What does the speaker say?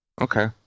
okay